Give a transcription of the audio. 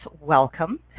welcome